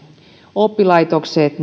oppilaitokset